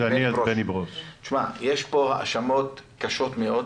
ברוש, יש פה האשמות קשות מאוד,